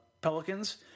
Pelicans